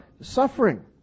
Suffering